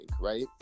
right